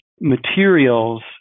materials